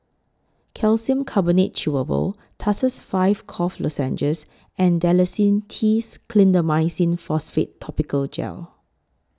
Calcium Carbonate Chewable Tussils five Cough Lozenges and Dalacin T Clindamycin Phosphate Topical Gel